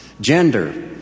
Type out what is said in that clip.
Gender